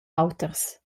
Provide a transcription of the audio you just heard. auters